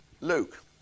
Luke